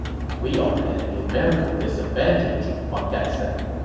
we are at a numerical disadvantage, huang gai said.